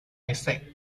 ese